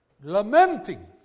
lamenting